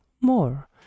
more